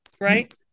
Right